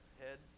head